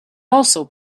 also